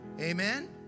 Amen